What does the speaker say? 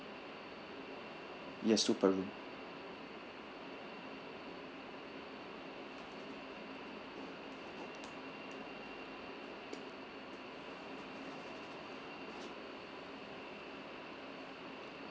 yes two per room